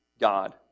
God